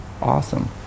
awesome